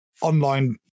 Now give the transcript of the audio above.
online